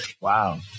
Wow